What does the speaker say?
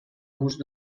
gust